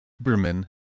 Berman